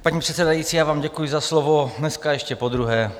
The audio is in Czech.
Paní předsedající, já vám děkuji za slovo dneska ještě podruhé.